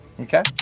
Okay